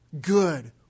good